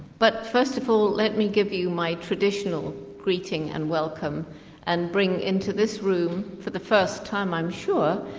but first of all let me give you my traditional greeting and welcome and bring into this room, for the first time i'm sure,